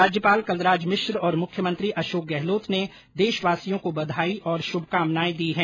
राज्यपाल कलराज मिश्र और मुख्यमंत्री अशोक गहलोत ने देशवासियों को बधाई और श्भकामनाएं दी हैं